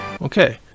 okay